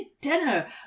dinner